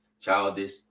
childish